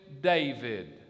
David